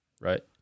Right